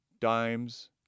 dimes